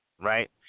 right